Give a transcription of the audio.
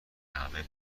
همه